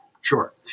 Sure